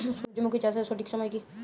সূর্যমুখী চাষের সঠিক সময় কি?